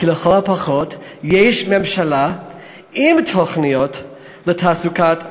כי לכל הפחות יש ממשלה עם תוכניות לתעסוקת החרדים,